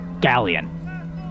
galleon